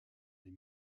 les